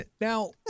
Now